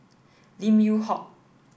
Lim Yew Hock